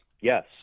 yes